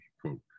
quote